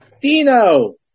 Dino